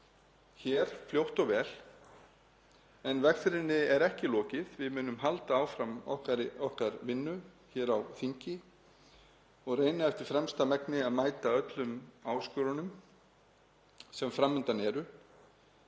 hér fljótt og vel en vegferðinni er ekki lokið. Við munum halda áfram í okkar vinnu hér á þingi og reyna eftir fremsta megni að mæta öllum áskorunum sem fram undan eru.